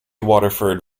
waterford